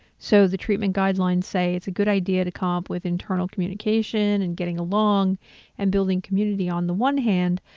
so the treatment guidelines say it's a good idea to come up with internal communication and getting along and building community on the one hand,